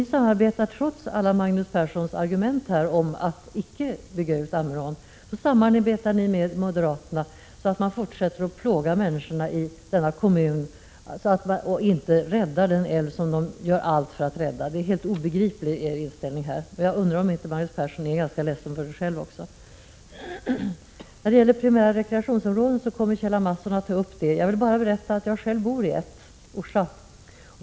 Trots Magnus Perssons alla argument för att icke bygga ut Ammerån samarbetar ni med moderaterna, så att man fortsätter att plåga människorna i denna kommun genom att inte rädda den älv som de gör allt för att rädda. Er inställning är helt obegriplig. Jag undrar om inte Magnus Persson själv är ganska ledsen för detta. Primära rekreationsområden kommer Kjell A. Mattsson att ta upp i sitt anförande. Jag vill bara berätta att jag själv bor i ett primärt rekreationsområde — Orsa.